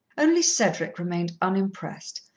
only cedric remained unimpressed,